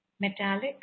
Metallic